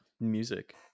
music